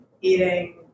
eating